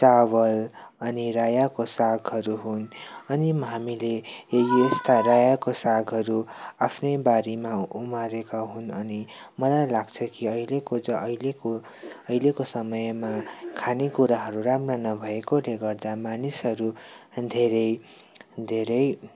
चावल अनि रायोको सागहरू हुन् अनि हामीले य यस्ता रायोको सागहरू आफ्नै बारीमा उमारेका हुन् अनि मलाई लाग्छ कि अहिलेको जो अहिलेको अहिलेको समयमा खाने कुराहरू राम्रा नभएकोले गर्दा मानिसहरू धेरै धेरै